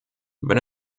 wenn